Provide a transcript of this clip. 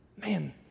man